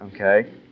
Okay